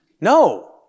No